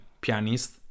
pianist